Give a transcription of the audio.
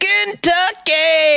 Kentucky